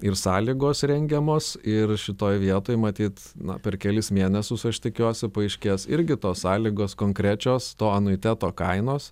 ir sąlygos rengiamos ir šitoj vietoj matyt na per kelis mėnesius aš tikiuosi paaiškės irgi tos sąlygos konkrečios to anuiteto kainos